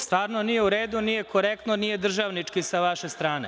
Stvarno nije u redu, nije korektno, nije državnički sa vaše strane.